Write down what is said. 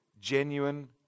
genuine